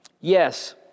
Yes